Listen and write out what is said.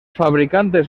fabricantes